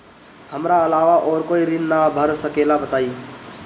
हमरा अलावा और कोई ऋण ना भर सकेला बताई?